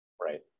right